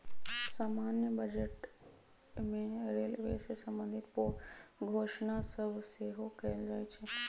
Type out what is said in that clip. समान्य बजटे में रेलवे से संबंधित घोषणा सभ सेहो कएल जाइ छइ